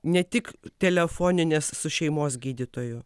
ne tik telefoninės su šeimos gydytoju